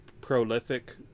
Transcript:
prolific